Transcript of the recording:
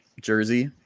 jersey